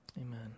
Amen